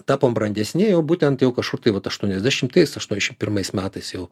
tapom brandesni jau būtent jau kažkur tai vat aštuoniasdešimtais aštuoniasdešim pirmais metais jau